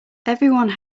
everyone